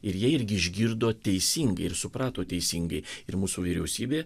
ir jie irgi išgirdo teisingai ir suprato teisingai ir mūsų vyriausybė